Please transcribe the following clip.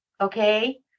okay